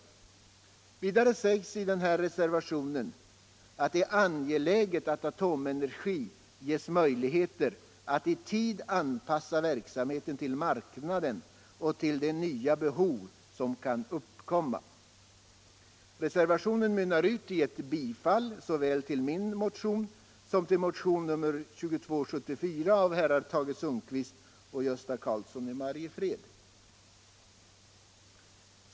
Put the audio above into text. Vidare sägs i reservationen att det är angeläget att Atomenergi ges möjligheter att i tid anpassa verksamheten till marknaden och till de nya behov som kan uppkomma. Reservationen mynnar ut i ett bifall såväl till min motion som till motion 2274 av herrar Tage Sundkvist och Gösta Karlsson i Mariefred.